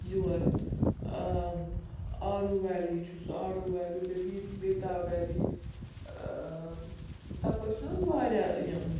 یور Aru valley چھُ سُہ آڈوٗ ویلی بیٚیہِ بی بیتاب ویلی تَپٲرۍ چھِ نہ حظ واریاہ یِم